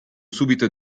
subito